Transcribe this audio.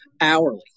hourly